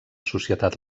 societat